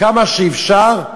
כמה שאפשר,